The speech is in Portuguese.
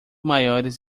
maiores